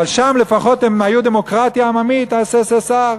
אבל שם לפחות הם היו דמוקרטיה עממית ה-SSSR.